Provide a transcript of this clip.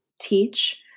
teach